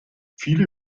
viele